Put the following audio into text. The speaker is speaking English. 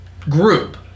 group